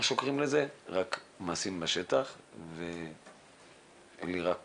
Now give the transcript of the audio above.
אין לי אלא רק